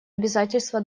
обязательства